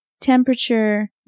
temperature